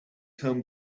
home